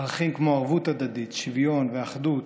ערכים כמו ערבות הדדית, שוויון ואחדות,